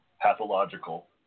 pathological